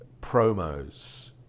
promos